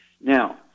now